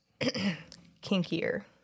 kinkier